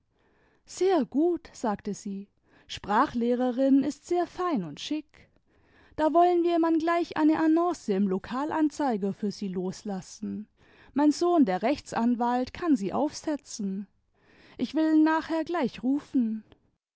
sehr gut sagte sie sprachlehrerin ist sehr fein und schick da wollen wir man gleich eine annonce im lokalanzeiger für sie loslassen mein sohn der rechtsanwalt kann sie aufsetzen ich will n nachher gleich rufen